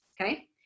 okay